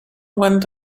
went